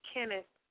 Kenneth